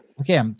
Okay